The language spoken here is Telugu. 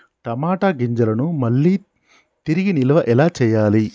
టమాట గింజలను మళ్ళీ తిరిగి నిల్వ ఎలా చేయాలి?